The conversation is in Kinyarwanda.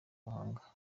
mahanga